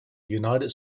united